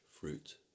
fruit